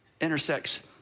intersects